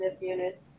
unit